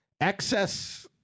excess